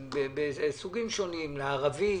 לערבי.